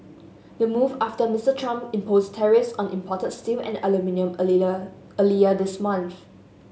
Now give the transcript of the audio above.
the move after Mister Trump imposed tariffs on imported steel and aluminium earlier this month